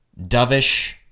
dovish